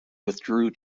withdrew